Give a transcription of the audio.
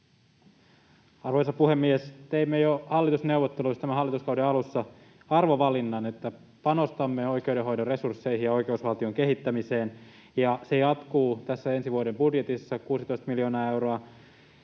Arvoisa puhemies! Teimme jo hallitusneuvotteluissa tämän hallituskauden alussa arvovalinnan, että panostamme oikeudenhoidon resursseihin ja oikeusvaltion kehittämiseen, ja se jatkuu tässä ensi vuoden budjetissa — 16 miljoonaa euroa